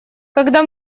когда